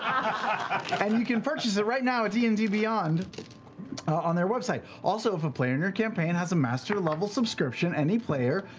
i mean can purchase it right now at d and amp d beyond on their website. also, if a player in your campaign has a master level subscription, any player,